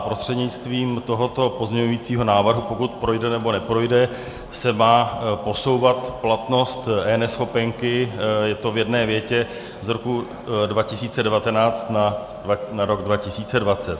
Prostřednictvím tohoto pozměňovacího návrhu, pokud projde nebo neprojde, se má posouvat platnost eNeschopenky, je to v jedné větě, z roku 2019 na rok 2020.